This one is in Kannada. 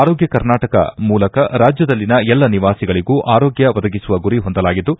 ಆರೋಗ್ಯ ಕರ್ನಾಟಕ ಮೂಲಕ ರಾಜ್ಯದಲ್ಲಿನ ಎಲ್ಲ ನಿವಾಸಿಗಳಿಗೂ ಆರೋಗ್ಯ ಒದಗಿಸುವ ಗುರಿ ಹೊಂದಲಾಗಿದ್ದು